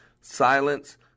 Silence